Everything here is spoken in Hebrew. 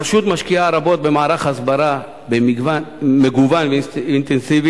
הרשות משקיעה רבות במערך הסברה מגוון ואינטנסיבי,